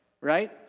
right